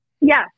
yes